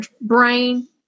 brain